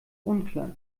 unklar